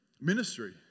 ministry